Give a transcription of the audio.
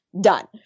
done